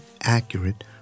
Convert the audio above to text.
accurate